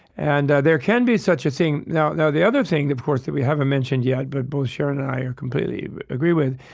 and there can be such a thing now now the other thing, of course, that we haven't mentioned yet, but both sharon and i completely agree with,